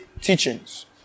teachings